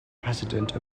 president